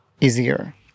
easier